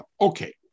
Okay